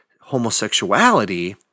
homosexuality